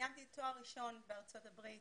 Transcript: סיימתי תואר ראשון בארצות הברית.